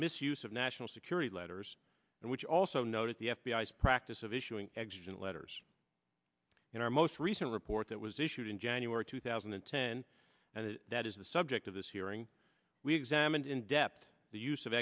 misuse of national security letters and which also noted the f b i s practice of issuing existent letters in our most recent report that was issued in january two thousand and ten and that is the subject of this hearing we examined in depth the use of